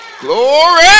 Glory